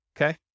okay